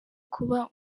kuba